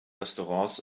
restaurants